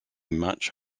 much